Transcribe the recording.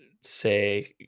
say